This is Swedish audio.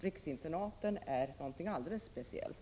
Riksinternaten är något alldeles speciellt.